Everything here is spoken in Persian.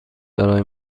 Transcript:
برای